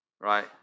right